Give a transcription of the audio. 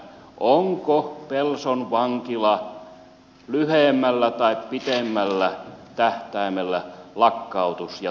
onko pelson vankila lyhyemmällä tai pitemmällä tähtäimellä lakkautus ja tappolistalla